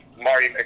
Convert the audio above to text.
Marty